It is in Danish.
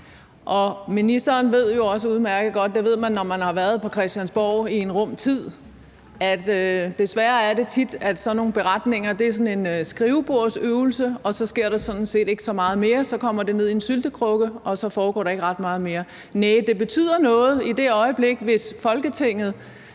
Ministeren ved jo også udmærket godt – det ved man, når man har været på Christiansborg i en rum tid – at desværre er det tit sådan, at det med sådan nogle beretninger er sådan en skrivebordsøvelse, og så sker der ikke så meget mere; det kommer ned i en syltekrukke, og så foregår der ikke ret meget mere. Næh, det betyder noget, hvis der om lidt er flertal i Folketinget